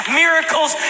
miracles